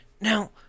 Now